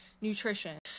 nutrition